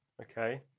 Okay